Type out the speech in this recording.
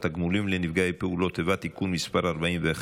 התגמולים לנפגעי פעולות איבה (תיקון מס' 41)